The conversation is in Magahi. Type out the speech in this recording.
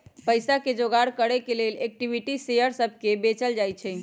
पईसा के जोगार करे के लेल इक्विटी शेयर सभके को बेचल जाइ छइ